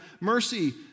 mercy